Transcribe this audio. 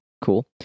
cool